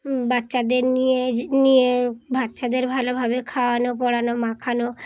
বাচ্চাদের নিয়ে বাচ্চাদের ভালোভাবে খাওয়ানো পড়ানো মাখানো